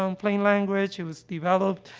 um plain language. it was developed,